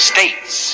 States